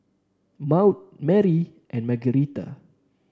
more Maude and Margueritta